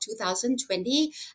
2020